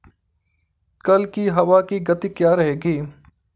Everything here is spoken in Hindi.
कल की हवा की गति क्या रहेगी?